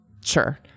sure